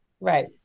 Right